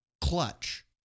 clutch